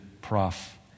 Prof